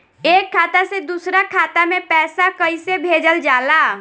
एक खाता से दूसरा खाता में पैसा कइसे भेजल जाला?